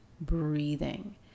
breathing